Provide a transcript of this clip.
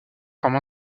forme